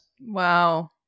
Wow